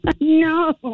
No